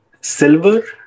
silver